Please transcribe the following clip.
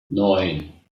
neun